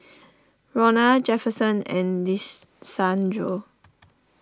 Ronna Jefferson and Lisandro